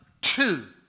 two